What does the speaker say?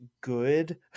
good